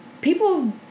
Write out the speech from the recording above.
people